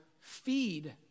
feed